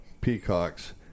peacocks